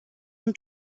dem